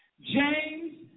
James